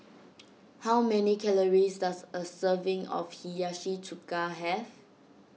how many calories does a serving of Hiyashi Chuka have